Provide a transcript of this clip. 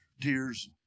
tears